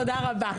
תודה רבה.